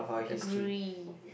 agree